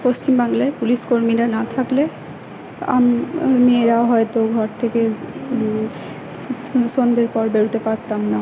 পশ্চিমবাংলায় পুলিশকর্মীরা না থাকলে মেয়েরা হয়তো ঘর থেকে সন্ধের পর বেরোতে পারতাম না